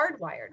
hardwired